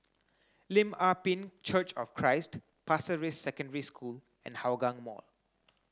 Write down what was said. Lim Ah Pin Church of Christ Pasir Ris Secondary School and Hougang Mall